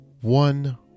one